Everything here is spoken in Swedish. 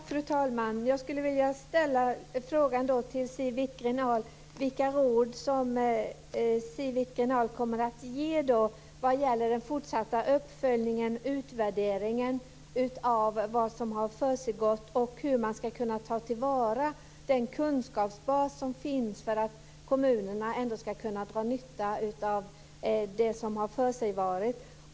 Fru talman! Jag skulle vilja fråga Siw Wittgren Ahl vilka råd hon kommer att ge vad gäller den fortsatta uppföljningen och utvärderingen av vad som har försiggått. Jag vill fråga hur man ska kunna ta till vara den kunskapsbas som finns för att kommunerna ändå ska kunna dra nytta av det som förevarit.